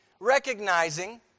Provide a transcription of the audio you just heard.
recognizing